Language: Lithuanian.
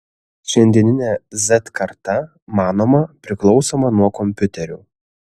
šiandieninė z karta manoma priklausoma nuo kompiuterių